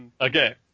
Okay